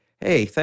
Hey